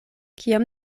kiam